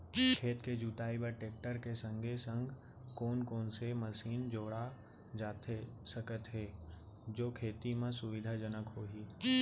खेत के जुताई बर टेकटर के संगे संग कोन कोन से मशीन जोड़ा जाथे सकत हे जो खेती म सुविधाजनक होही?